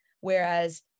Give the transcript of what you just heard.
whereas